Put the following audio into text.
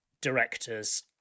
directors